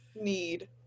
need